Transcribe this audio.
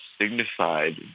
signified